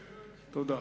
תודה.